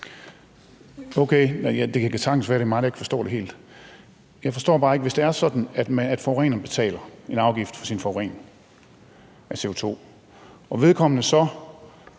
Okay, det kan sagtens være, at det er mig, der ikke forstår det helt. Jeg forstår bare ikke, at hvis det er sådan, at forureneren betaler en afgift for sin CO2-forurening, og vedkommende så